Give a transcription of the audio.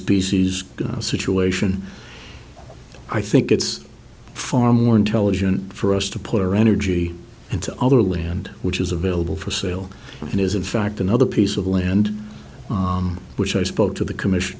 species situation i think it's far more intelligent for us to put our energy into other land which is available for sale and is in fact another piece of land which i spoke to the commission